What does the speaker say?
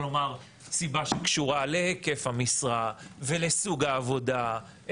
סיבה שקשורה להיקף המשרה ולסוג העבודה,